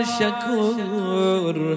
Shakur